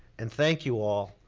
and thank you all,